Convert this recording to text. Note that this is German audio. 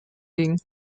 liegen